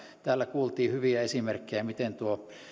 täällä kuultiin hyviä esimerkkejä miten tuo